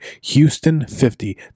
HOUSTON50